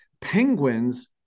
penguins